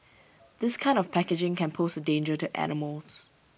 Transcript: this kind of packaging can pose A danger to animals